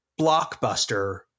blockbuster